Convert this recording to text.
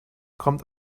kommt